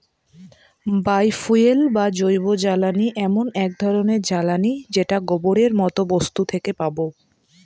বায় fuel বা জৈবজ্বালানী এমন এক ধরনের জ্বালানী যেটা গোবরের মতো বস্তু থেকে পাবো